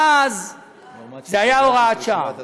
זו הייתה הוראת שעה.